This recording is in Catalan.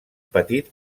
petit